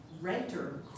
renter